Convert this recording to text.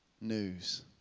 news